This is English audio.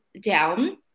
down